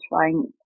trying